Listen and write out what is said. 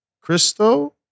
Christo